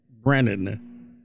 Brennan